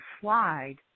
slide